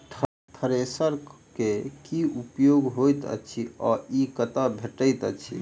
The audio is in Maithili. थ्रेसर केँ की उपयोग होइत अछि आ ई कतह भेटइत अछि?